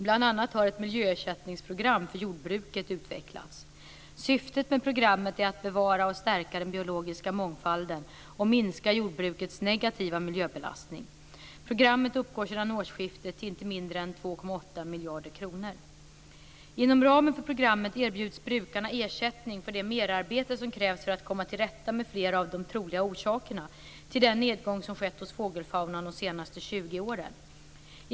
Bl.a. har ett miljöersättningsprogram för jordbruket utvecklats. Syftet med programmet är att bevara och stärka den biologiska mångfalden och minska jordbrukets negativa miljöbelastning. Programmet uppgår sedan årsskiftet till inte mindre än 2,8 miljarder kronor. Inom ramen för programmet erbjuds brukarna ersättning för det merarbete som krävs för att komma till rätta med flera av de troliga orsakerna till den nedgång som skett i fågelfaunan de senaste 20 åren.